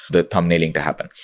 the thumbnailing to happen.